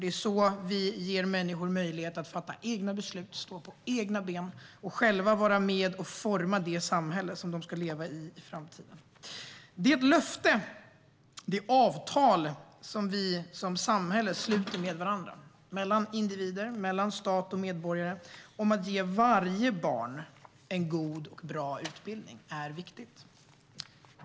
Det är så vi ger människor möjlighet att fatta egna beslut, stå på egna ben och själva vara med och forma det samhälle som de i framtiden ska leva i. Det löfte och de avtal som vi som samhälle sluter med varandra, mellan individer och mellan stat och medborgare, om att ge varje barn en god och bra utbildning är viktiga.